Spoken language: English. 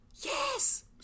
Yes